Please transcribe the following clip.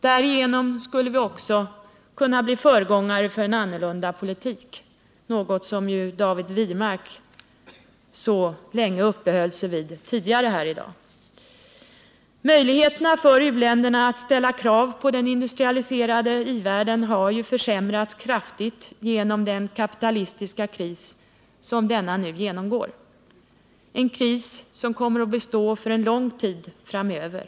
Därigenom skulle vi också kunna bli föregångare när det gäller en annan politik, något som David Wirmark så länge uppehöll sig vid i dag. Möjligheterna för u-länderna att ställa krav på den industrialiserade i-världen har försämrats kraftigt till följd av den kapitalistiska kris som i-världen nu genomgår, en kris som kommer att bestå en lång tid framöver.